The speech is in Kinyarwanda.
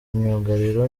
myugariro